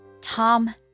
Tom